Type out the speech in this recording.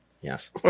yes